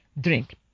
drink